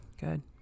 Good